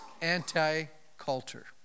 anti-culture